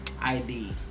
id